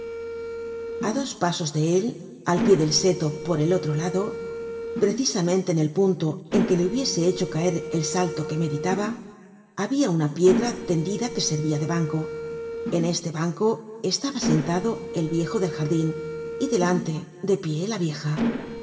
a dos pasos de él al pie del seto por el otro lado precisamente en el punto en que le hubiese hecho caer el salto que meditaba habia una piedra tendida que servia de banco en este banco estaba sentado el viejo del jardin y delante de pie la vieja